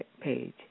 page